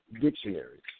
dictionaries